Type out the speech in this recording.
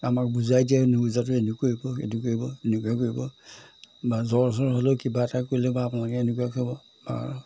আমাক বুজাই দিয়ে নুবুজাটো এনেকৈ কৰিব এনেকুৱা এনেকুৱা কৰিব বা জ্বৰ চৰ হ'লেও কিবা এটা কৰিলে বা আপোনালোকে এনেকুৱা কৰিব বা